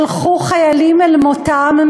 שלחו חיילים אל מותם.